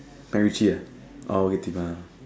MacRitchie ah oh Bukit-Timah